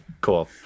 cool